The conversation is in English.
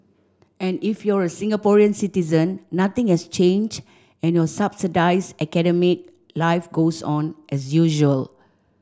and if you're a Singaporean citizen nothing has changed and your subsidised academic life goes on as usual